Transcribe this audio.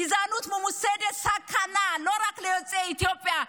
גזענות ממוסדת היא סכנה לא רק ליוצאי אתיופיה,